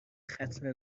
ختنه